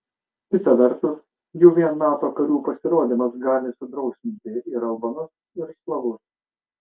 kita vertus jau vien nato karių pasirodymas gali sudrausminti ir albanus ir slavus